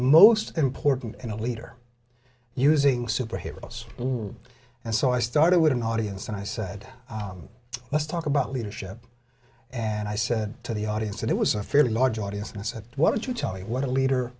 most important in a leader using superheroes and so i started with an audience and i said let's talk about leadership and i said to the audience and it was a fairly large audience and i said what would you tell me what a leader